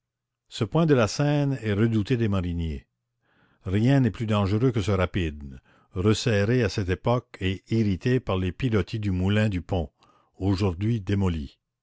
ce point de la seine est redouté des mariniers rien n'est plus dangereux que ce rapide resserré à cette époque et irrité par les pilotis du moulin du pont aujourd'hui démoli